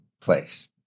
place